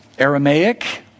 Aramaic